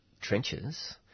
trenches